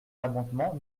l’amendement